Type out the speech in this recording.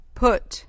put